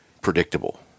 predictable